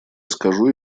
скажу